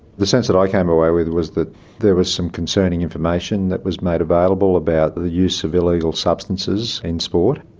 the sense that i came away with was that there was some concerning information that was made available about the use of illegal substances in sport.